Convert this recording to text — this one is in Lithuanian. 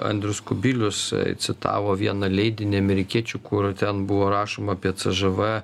andrius kubilius citavo vieną leidinį amerikiečių kur ten buvo rašoma apie čžv